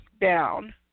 down